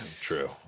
true